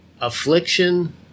affliction